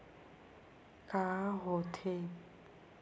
का होथे?